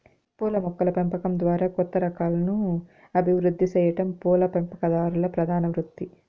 పూల మొక్కల పెంపకం ద్వారా కొత్త రకాలను అభివృద్ది సెయ్యటం పూల పెంపకందారుల ప్రధాన వృత్తి